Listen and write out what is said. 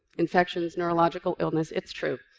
infections, neurological illness. it's true.